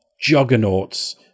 juggernauts